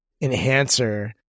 enhancer